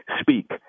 speak